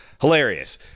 hilarious